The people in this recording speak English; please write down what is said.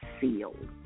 sealed